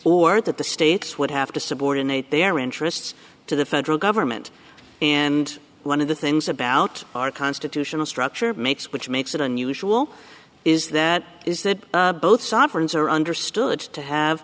or that the states would have to subordinate their interests to the federal government and one of the things about our constitutional structure makes which makes it unusual is that is that both sovereigns are understood to have